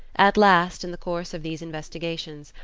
at last, in the course of these investigations,